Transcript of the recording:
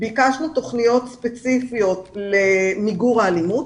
ביקשנו תוכניות ספציפיות למיגור האלימות